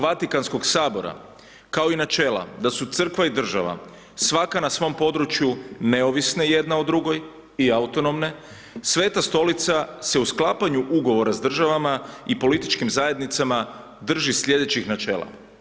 Vatikanskog sabora kao i načela da su Crkva i država svaka na svom području neovisne jedna o drugoj i autonomne, Sveta Stolica se u sklapanju ugovora s državama i političkim zajednicama drži slijedećih načela.